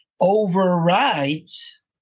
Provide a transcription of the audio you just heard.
overrides